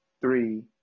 three